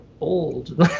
old